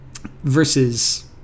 Versus